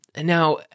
now